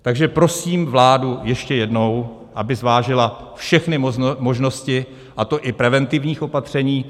Takže prosím vládu ještě jednou, aby zvážila všechny možnosti, a to i preventivních opatření.